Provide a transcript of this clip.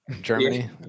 Germany